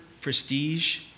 prestige